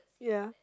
ya